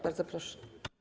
Bardzo proszę.